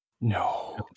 No